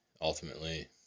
ultimately